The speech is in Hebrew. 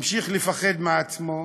ממשיך לפחד מעצמו,